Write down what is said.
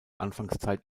anfangszeit